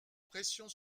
pression